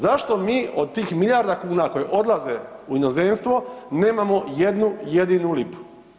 Zašto mi od tih milijarda kuna koje odlaze u inozemstvo nemamo jednu jedinu lipu?